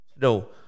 no